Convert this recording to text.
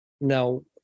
Now